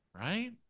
Right